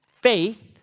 faith